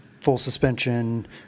full-suspension